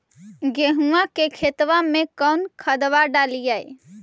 गेहुआ के खेतवा में कौन खदबा डालिए?